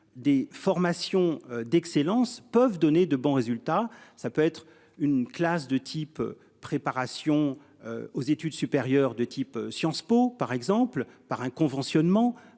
des formations d'excellence peuvent donner de bons résultats, ça peut être une classe de type préparation. Aux études supérieures de type Sciences Po par exemple par un conventionnement